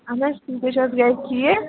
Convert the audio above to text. اہَن حظ ٹھیٖک تُہی چھِو حظ گَرِ ٹھیٖک